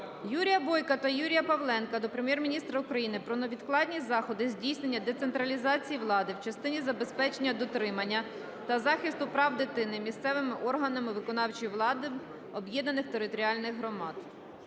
Юрія Бойка та Юрія Павленка до Прем'єр-міністра України про невідкладні заходи здійснення децентралізації влади в частині забезпечення, дотримання та захисту прав дитини місцевими органами виконавчої влади об'єднаних територіальних громад.